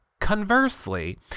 Conversely